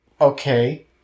okay